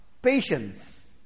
patience